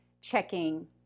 checking